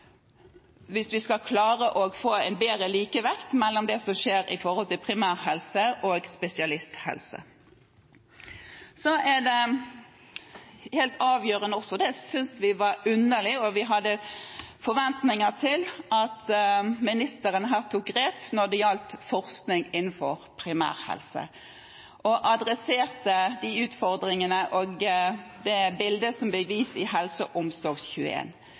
hvis vi skal klare å få en bedre likevekt mellom det som skjer med primærhelse i forhold til spesialisthelse. Så til noe helt avgjørende, noe vi synes er underlig: Vi hadde forventninger til at ministeren her tok grep når det gjaldt forskning innenfor primærhelse, og adresserte de utfordringene og det bildet som ble vist i